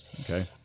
Okay